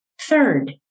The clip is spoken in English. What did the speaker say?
Third